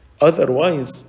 Otherwise